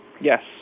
Yes